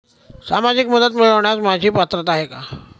सामाजिक मदत मिळवण्यास माझी पात्रता आहे का?